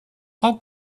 how